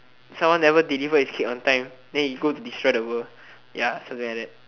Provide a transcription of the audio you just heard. someone never deliver his cake on time then he go destroy the world ya something like that